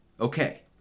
Okay